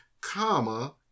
comma